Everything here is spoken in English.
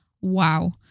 Wow